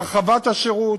הרחבת השירות,